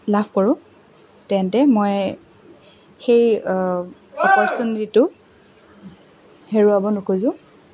লাভ কৰোঁ তেন্তে মই সেই হেৰুৱাব নোখোজোঁ